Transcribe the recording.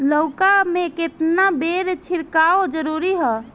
लउका में केतना बेर छिड़काव जरूरी ह?